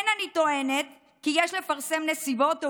אין אני טוענת כי יש לפרסם נסיבות או